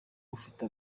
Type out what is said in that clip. ufite